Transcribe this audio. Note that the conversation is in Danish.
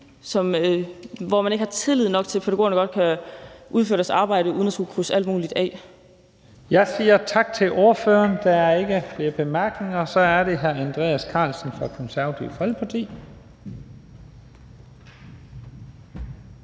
hvor man ikke har tillid nok til, at pædagogerne godt kan udføre deres arbejde uden at skulle krydse alt muligt af. Kl. 15:08 Første næstformand (Leif Lahn Jensen): Jeg siger tak til ordføreren. Der er ikke flere korte bemærkninger. Så er det hr. Andreas Karlsen fra Det Konservative Folkeparti.